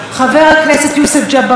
חבר הכנסת יוסף ג'בארין,